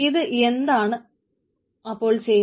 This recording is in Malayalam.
ഇത് എന്താണ് അപ്പോൾ ചെയ്യുന്നത്